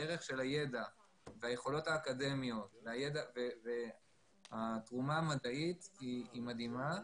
הערך של הידע והיכולות האקדמיות והתרומה המדעית היא מדהימה.